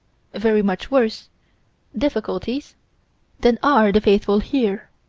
very much worse difficulties than are the faithful here.